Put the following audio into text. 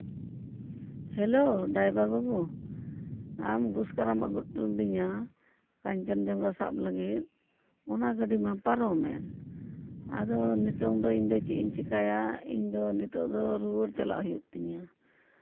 hello driver ᱵᱟᱹᱵᱩ ᱟᱢ ᱜᱩᱥᱠᱚᱨᱟᱢ ᱟᱹᱜᱩ ᱦᱚᱴᱚ ᱞᱤᱫᱤᱧᱟ ᱠᱟᱧᱪᱚᱱᱡᱚᱝᱜᱷᱟ ᱥᱟᱵ ᱞᱟᱹᱜᱤᱫ ᱚᱱᱟ ᱜᱟᱹᱰᱤ ᱢᱟ ᱯᱟᱨᱚᱢᱮᱱ ᱟᱫᱚ ᱱᱤᱛᱚᱝ ᱫᱚ ᱤᱧ ᱫᱚ ᱪᱮᱫ ᱤᱧ ᱪᱮᱠᱟᱭᱟ ᱤᱧ ᱫᱚ ᱱᱤᱛᱚᱜ ᱫᱚ ᱨᱩᱣᱟᱹᱲ ᱪᱟᱞᱟᱜ ᱦᱩᱭᱩᱜ ᱛᱤᱧᱟᱹ